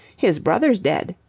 his brother's dead.